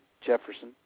Jefferson